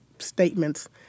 statements